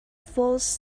false